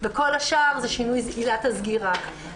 וכל השאר זה שינוי עילת הסגירה.